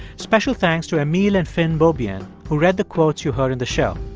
special thanks to amiel and finn beaubien, who read the quotes you heard in the show.